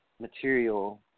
material